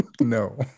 No